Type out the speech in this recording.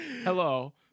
Hello